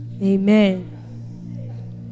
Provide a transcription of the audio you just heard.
Amen